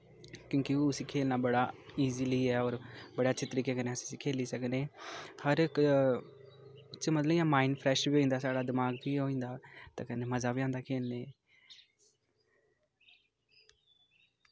क्योंकि उसी खेलना बड़ा इजली ऐ होर बड़े अच्छे तरीके कन्नै अस उसी खेली सकने हर इक इसी मतलब इ'यां माइंड फ्रैश बी होई जंदा दमाक फ्री होई जंदा ते कन्नै मज़ा बी आंदा खेलने गी